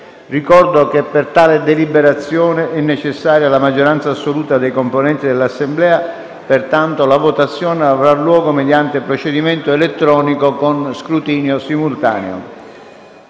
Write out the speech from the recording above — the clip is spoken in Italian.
Ricordo che per tale deliberazione è necessaria la maggioranza assoluta dei componenti dell'Assemblea, pertanto la votazione avrà luogo mediante procedimento elettronico con scrutinio simultaneo.